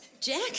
Jack